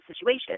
situation